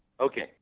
Okay